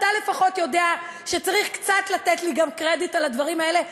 אתה לפחות יודע שצריך קצת לתת לי גם קרדיט על הדברים האלה,